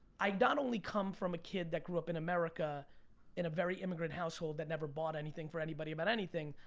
i not only come from a kid that grew up in america in a very immigrant household that never bought anything for anybody about anything,